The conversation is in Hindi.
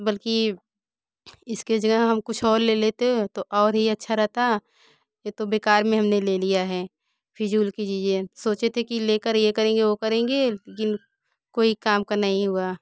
बल्कि इसके जगह हम कुछ और ले लेते तो और ही अच्छा रहता ये तो बेकार में हम ने ले लिया है फज़ूल की चीज़ है सोचे थे कि ले कर ये करेंगे वो करेंगे लेकिन कोई काम का नहीं हुआ